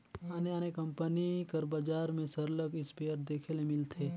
आने आने कंपनी कर बजार में सरलग इस्पेयर देखे ले मिलथे